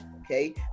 Okay